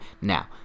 now